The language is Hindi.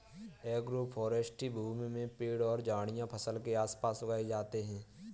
एग्रोफ़ोरेस्टी भूमि में पेड़ और झाड़ियाँ फसल के आस पास उगाई जाते है